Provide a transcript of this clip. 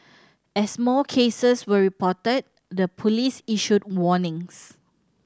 as more cases were reported the police issued warnings